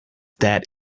that